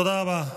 תודה רבה.